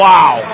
Wow